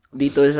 dito